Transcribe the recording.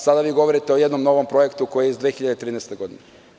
Sada mi govorite o novom projektu koji je iz 2013. godine.